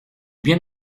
bien